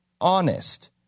honest